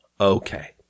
Okay